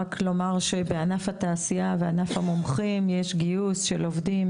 רק לומר שבענף התעשייה ובענף המומחים יש גיוס של עובדים